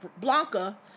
Blanca